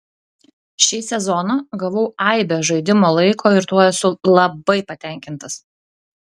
šį sezoną gavau aibę žaidimo laiko ir tuo esu labai patenkintas